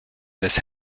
this